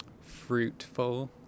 Fruitful